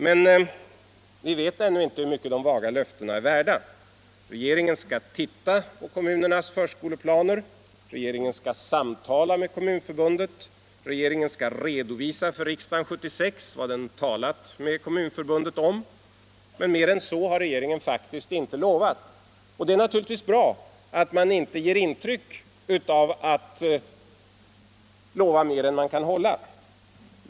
Men vi vet ännu inte hur mycket de vaga löftena är värda. Regeringen skall titta på kommunernas förskoleplaner. Regeringen skall samtala med Kommunförbundet. Regeringen skall redovisa för riksdagen 1976 vad den har talat med Kommunförbundet om. Mer än så har regeringen faktiskt inte lovat. Och det är naturligtvis bra att man inte lovar mer än man kan hålla.